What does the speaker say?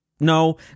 No